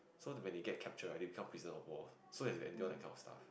so when they get capture right they become prisoner war so is they endure that kind of stuff